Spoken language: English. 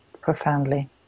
profoundly